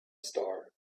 star